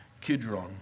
Kidron